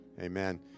Amen